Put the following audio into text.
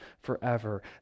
forever